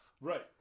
right